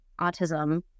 autism